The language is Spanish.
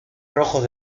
rojos